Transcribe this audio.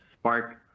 Spark